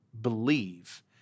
believe